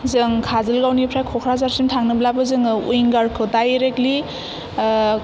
जों काजलगावनिफ्राय कक्राझारसिम थांनोब्लाबो जोङो उइंगारखौ डाइरेक्टलि